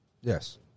Yes